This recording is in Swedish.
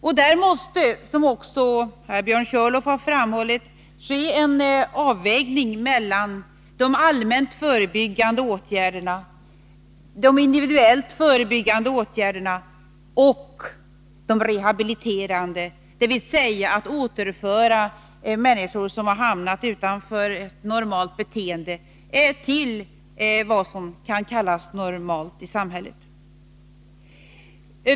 — Därvid måste, som också Björn Körlof har framhållit, en avvägning ske mellan de allmänt förebyggande åtgärderna, de individuellt förebyggande åtgärderna och de rehabiliterande, dvs. de som syftar till att återföra människor som har hamnat utanför vad som kan kallas normalt beteende i samhället till ett sådant beteende.